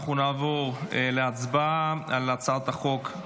אם כך, אנחנו נעבור להצבעה על הצעת החוק.